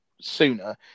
sooner